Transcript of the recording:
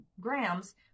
grams